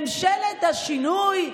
ממשלת השינוי,